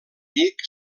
vic